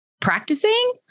practicing